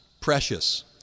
Precious